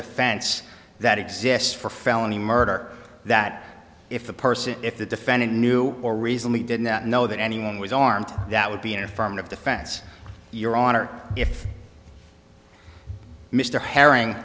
defense that exists for felony murder that if the person if the defendant knew or reason we did not know that anyone was armed that would be an affirmative defense your honor if mr herring